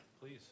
please